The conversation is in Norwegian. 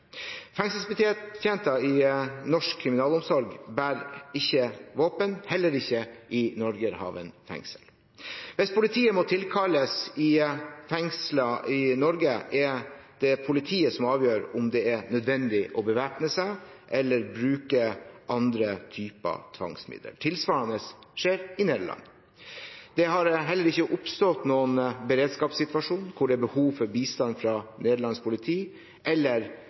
i norsk kriminalomsorg bærer ikke våpen, heller ikke i Norgerhaven fengsel. Hvis politiet må tilkalles i fengsler i Norge, er det politiet som avgjør om det er nødvendig å bevæpne seg eller bruke andre typer tvangsmidler. Tilsvarende skjer i Nederland. Det har ikke oppstått noen beredskapssituasjon hvor det er behov for bistand fra nederlandsk politi eller